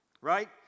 right